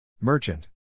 Merchant